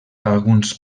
alguns